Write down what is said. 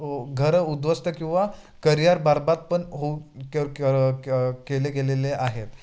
घरं उध्वस्त किंवा करियर बरबाद पण होऊ के क क केले गेलेले आहेत